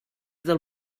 del